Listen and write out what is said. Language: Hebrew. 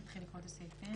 נתחיל לקרוא את הסעיפים.